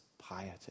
piety